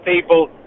people